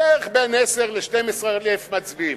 בין 10,000 ל-12,000 מצביעים.